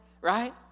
right